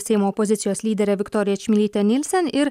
seimo opozicijos lydere viktorija čmilyte nilsen ir